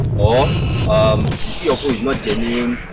ah um the c of o is not genuine,